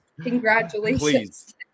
congratulations